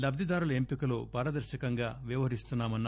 లబ్దిదారుల ఎంపికలో పారదర్పకంగా వ్యవహరిస్తున్నా మన్నారు